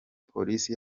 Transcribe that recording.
polisi